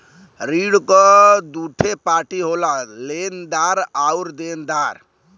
ऋण क दूठे पार्टी होला लेनदार आउर देनदार